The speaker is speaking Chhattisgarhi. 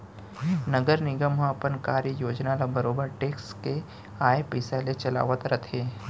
नगर निगम ह अपन कार्य योजना ल बरोबर टेक्स के आय पइसा ले चलावत रथे